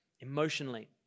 emotionally